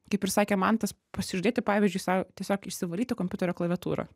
kaip ir sakė mantas pasižadėtii pavyzdžiui sau tiesiog išsivalyti kompiuterio klaviatūrą